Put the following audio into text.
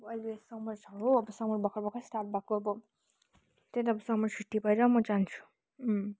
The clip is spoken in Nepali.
अब अहिले समर छ हो समर भर्खर भर्खर स्टार्ट भएको अब त्यही त अब समर छुट्टी भएर म जान्छु